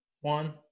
one